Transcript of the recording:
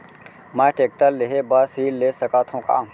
मैं टेकटर लेहे बर ऋण ले सकत हो का?